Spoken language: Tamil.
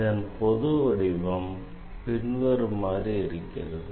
இதன் பொது வடிவம் பின்வருமாறு இருக்கிறது